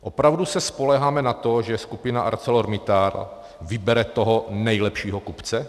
Opravdu se spoléháme na to, že skupina ArcelorMittal vybere toho nejlepšího kupce?